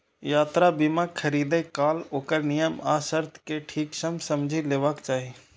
यात्रा बीमा खरीदै काल ओकर नियम आ शर्त कें ठीक सं समझि लेबाक चाही